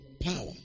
power